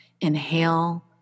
inhale